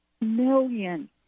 million